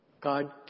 God